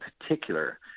particular